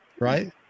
right